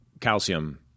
calcium